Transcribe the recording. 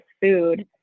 food